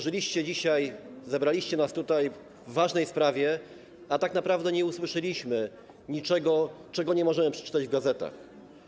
Zebraliście nas tutaj dziś w ważnej sprawie, a tak naprawdę nie usłyszeliśmy niczego, czego nie możemy przeczytać w gazetach.